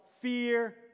fear